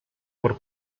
por